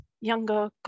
younger